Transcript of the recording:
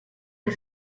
che